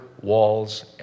walls